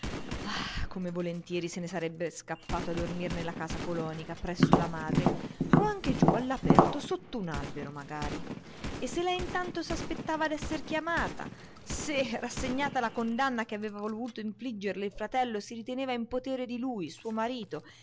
come volentieri se ne sarebbe scappato a dormire nella casa colonica presso la madre o anche giù all'aperto sotto un albero magari e se lei intanto s'aspettava d'esser chiamata se rassegnata alla condanna che aveva voluto infliggerle il fratello si riteneva in potere di lui suo marito